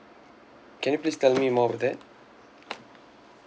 can you please tell me more about that